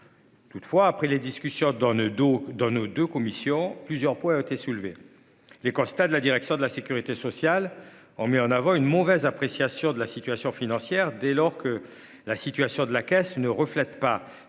Toutefois, après les discussions dans le dos d'nos 2 commissions, plusieurs points ont été soulevées. Les constats de la direction de la sécurité sociale en met en avant une mauvaise appréciation de la situation financière dès lors que la situation de la caisse ne reflète pas